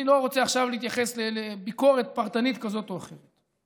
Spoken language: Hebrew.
אני לא רוצה עכשיו להתייחס לביקורת פרטנית כזאת או אחרת.